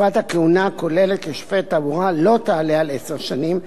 תקופת הכהונה הכוללת לשופט תעבורה לא תעלה על עשר שנים,